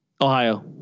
Ohio